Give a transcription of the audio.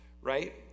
right